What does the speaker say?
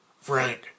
Frank